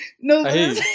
No